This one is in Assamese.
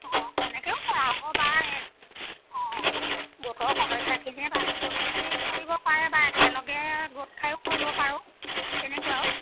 অঁ এনেকৈও কৰা হ'ব বা এই অঁ অঁ গোটৰ সদস্যখিনিয়ে ভাগ কৰি কৰিব পাৰে বা একেলগে গোট খাইয়ো কৰিব পাৰোঁ তেনেকুৱাও